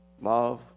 Love